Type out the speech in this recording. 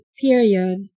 period